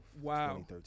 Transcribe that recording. Wow